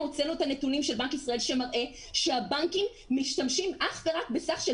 הוצאנו את הנתונים של בנק ישראל שמראה שהבנקים משתמשים אך ורק בסך של